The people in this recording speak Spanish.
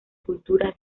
cultura